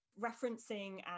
referencing